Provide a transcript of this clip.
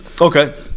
okay